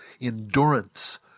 endurance